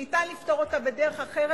ניתן לפתור את הבעיה בדרך אחרת,